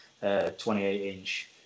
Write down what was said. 28-inch